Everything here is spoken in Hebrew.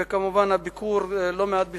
וכמובן הביקור, לא מעט בזכותם,